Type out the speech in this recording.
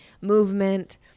movement